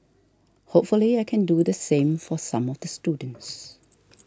hopefully I can do the same for some of the students